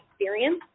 experience